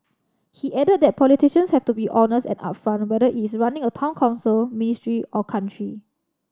he added that politicians have to be honest and upfront whether is running a Town Council ministry or country